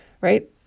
right